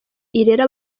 irera